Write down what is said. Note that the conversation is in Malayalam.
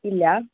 ഇല്ലേ